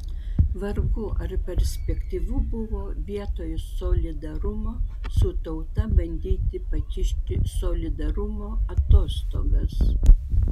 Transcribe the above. vargu ar perspektyvu buvo vietoj solidarumo su tauta bandyti pakišti solidarumo atostogas